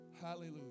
Hallelujah